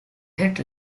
hit